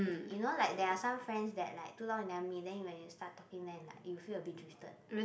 you know like there are some friends that like too long you never meet then when you start talking with them you feel a bit drifted